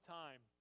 time